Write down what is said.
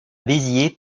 béziers